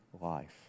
life